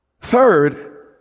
Third